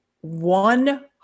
one-